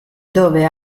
dove